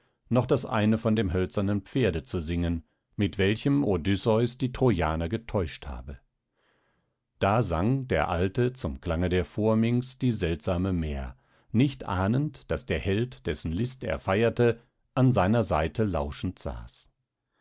noch das eine von dem hölzernen pferde zu singen mit welchem odysseus die trojaner getäuscht habe da sang der alte zum klange der phorminx die seltsame mär nicht ahnend daß der held dessen list er feierte an seiner seite lauschend saß